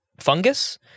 fungus